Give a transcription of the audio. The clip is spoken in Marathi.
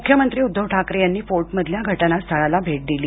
मुख्यमंत्री उद्दव ठाकरे यांनी फोर्टमधल्या घटनास्थाळाला भेट दिली